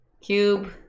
Cube